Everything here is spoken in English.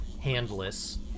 handless